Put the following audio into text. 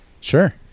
sure